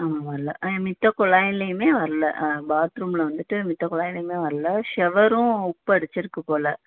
ஆமாம் வரல மத்தக் குழாயிலையுமே வரல பாத்ரூமில் வந்துட்டு மத்தக் குழாயிலையுமே வரல ஷவரும் உப்பு அரித்திருக்குப் போல்